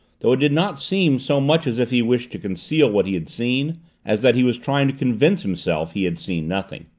though it did not seem so much as if he wished to conceal what he had seen as that he was trying to convince himself he had seen nothing.